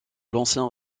l’ancien